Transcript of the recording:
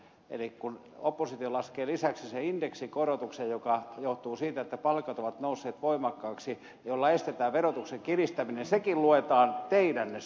eli kun oppositio laskee lisäksi sen indeksikorotuksen joka johtuu siitä että palkat ovat nousseet voimakkaasti millä estetään verotuksen kiristäminen sekin luetaan teidän syyksenne